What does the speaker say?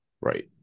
right